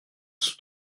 sont